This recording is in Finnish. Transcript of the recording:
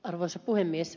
arvoisa puhemies